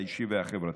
האישי והחברתי.